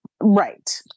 Right